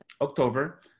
October